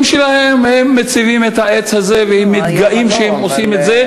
שלהם הם מציבים את העץ הזה ומתגאים שהם עושים את זה,